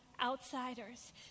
outsiders